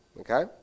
Okay